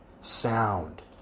sound